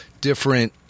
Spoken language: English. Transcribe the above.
different